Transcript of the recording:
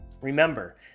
Remember